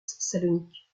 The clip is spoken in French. salonique